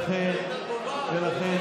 אז מה אתה,